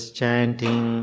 chanting